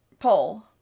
poll